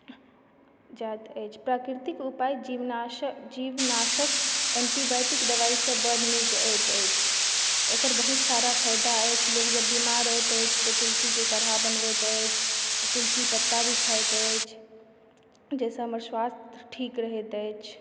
जाइत अछि प्रकृतिक उपाय जीवनाशय जीवनाशक ऐंटीबायआटिक दबाइसब बड नीक एतऽ अछि एकर बहुत सारा फ़ायदा अछि लोक जब बीमार रहैत अछि तऽ तुलसी के कढ़ा बनबैत अछि तुलसी पत्ता भी खैत अछि जाहिसॅं हमर स्वास्थ्य ठीक रहैत अछि